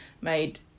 made